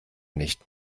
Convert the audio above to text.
nicht